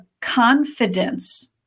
confidence